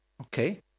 okay